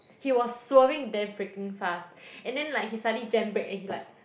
he was swerving damn freaking fast and then like he suddenly jam break and he like